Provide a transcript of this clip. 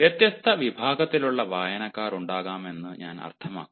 വ്യത്യസ്ത വിഭാഗത്തിലുള്ള വായനക്കാർ ഉണ്ടാകാമെന്ന് ഞാൻ അർത്ഥമാക്കുന്നു